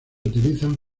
utilizan